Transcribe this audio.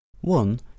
One